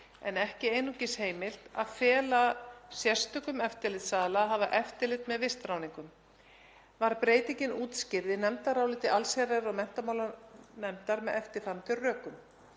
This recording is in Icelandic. en ekki einungis heimilt að fela sérstökum eftirlitsaðila að hafa eftirlit með vistráðningum. Var breytingin útskýrð í nefndaráliti allsherjar- og menntamálanefndar með eftirfarandi rökum: